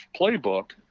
playbook